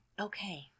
Okay